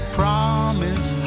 promise